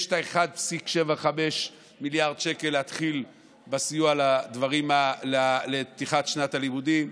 יש את ה-1.75 מיליארד שקל להתחיל בסיוע לפתיחת שנת הלימודים.